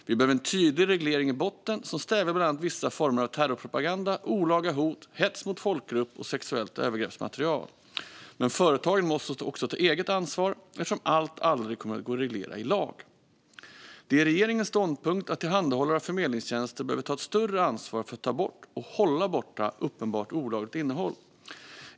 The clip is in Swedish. Vi behöver en tydlig reglering i botten, som stävjar bland annat vissa former av terrorpropaganda, olaga hot, hets mot folkgrupp och sexuellt övergreppsmaterial, men företagen måste också ta eget ansvar eftersom allt aldrig kommer att gå att reglera i lag. Det är regeringens ståndpunkt att tillhandahållare av förmedlingstjänster behöver ta ett större ansvar för att ta bort och hålla borta uppenbart olagligt innehåll.